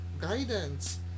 guidance